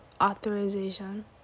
authorization